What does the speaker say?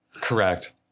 correct